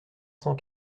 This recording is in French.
cent